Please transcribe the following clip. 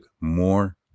more